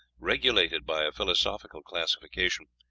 regulated by a philosophical classification,